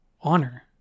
Honor